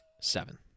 Seven